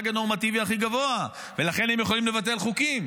הנורמטיבי הכי גבוה ולכן הם יכולים לבטל חוקים,